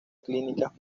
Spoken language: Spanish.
clínicas